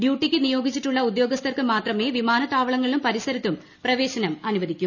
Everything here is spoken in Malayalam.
ഡ്യൂട്ടിക്ക് നിയോഗിച്ചിട്ടുളള ഉദ്യോഗസ്ഥർക്ക് മാത്രമേ വിമാനത്താവളങ്ങളിലും പ്രിസരത്തും പ്രവേശനം അനുവദിക്കൂ